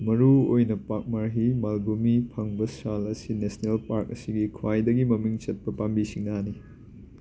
ꯃꯔꯨ ꯑꯣꯏꯅ ꯄꯥꯛꯃꯔꯍꯤ ꯃꯥꯜꯕꯨꯃꯤ ꯐꯪꯕ ꯁꯥꯜ ꯑꯁꯤ ꯅꯦꯁꯅꯦꯜ ꯄꯥꯔꯛ ꯑꯁꯤ ꯈ꯭ꯋꯥꯏꯗꯒꯤ ꯃꯃꯤꯡ ꯆꯠꯄ ꯄꯥꯝꯕꯤ ꯁꯤꯡꯅꯥꯅꯤ